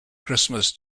christmas